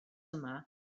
yma